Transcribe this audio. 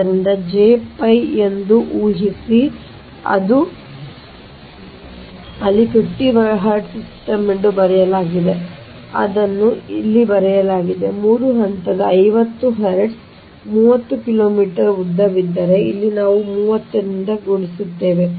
ಆದ್ದರಿಂದ ಇದು j pi ಎಂದು ಊಹಿಸಿ ಅದು ಅಲ್ಲಿ 50 Hz ಸಿಸ್ಟಮ್ ಎಂದು ಬರೆಯಲಾಗಿದೆ ಅದನ್ನು ಅಲ್ಲಿ ಬರೆಯಲಾಗಿದೆ 3 ಹಂತ 50 Hz 30 ಕಿಲೋಮೀಟರ್ ಉದ್ದವಿದ್ದರೆ ಇಲ್ಲಿ ನಾವು 30 ರಲ್ಲಿ ಗುಣಿಸುತ್ತೇವೆ